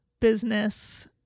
business